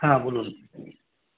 হ্যাঁ বলুন